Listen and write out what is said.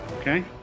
Okay